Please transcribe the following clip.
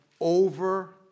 over